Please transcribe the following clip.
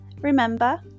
Remember